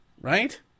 right